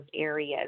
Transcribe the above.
areas